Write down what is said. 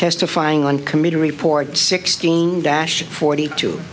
testifying on committee report sixteen dash forty two